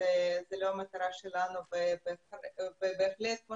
זאת לא המטרה שלנו ובהחלט כמו